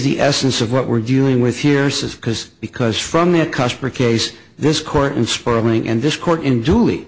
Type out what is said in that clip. the essence of what we're dealing with here says because because from their cost per case this court and spiraling and this court in julie